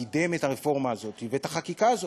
קידם את הרפורמה הזאת ואת החקיקה הזאת.